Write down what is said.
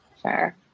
Sure